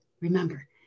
remember